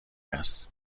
است